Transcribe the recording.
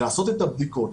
לעשות את הבדיקות,